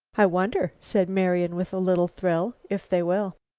i wonder, said marian, with a little thrill, if they will.